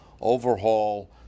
overhaul